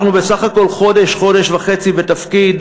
אנחנו בסך הכול חודש, חודש וחצי בתפקיד,